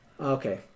okay